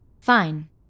fine